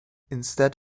instead